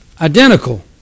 identical